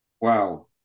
Wow